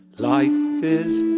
life is